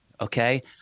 Okay